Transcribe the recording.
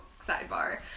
sidebar